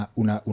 una